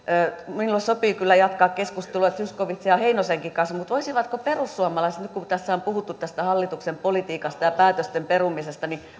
minulle sopii kyllä jatkaa keskustelua zyskowiczin ja heinosenkin kanssa voisivatko perussuomalaiset nyt kun tässä on puhuttu tästä hallituksen politiikasta ja päätösten perumisesta